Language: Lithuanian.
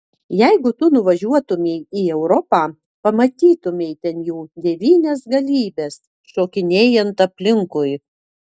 jeigu tu nuvažiuotumei į europą pamatytumei ten jų devynias galybes šokinėjant aplinkui